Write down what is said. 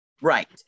Right